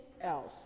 else